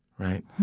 right?